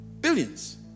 Billions